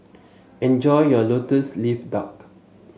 enjoy your lotus leaf duck